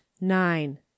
nine